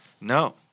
No